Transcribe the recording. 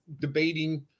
debating